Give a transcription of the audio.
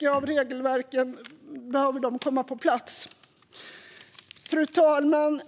behöver regelverken komma på plats. Fru talman!